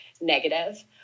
negative